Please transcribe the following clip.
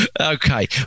okay